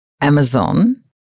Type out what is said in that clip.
Amazon